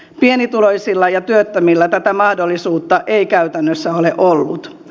pienituloisilla ja työttömillä tätä mahdollisuutta ei käytännössä ole ollut